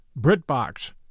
BritBox